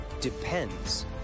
depends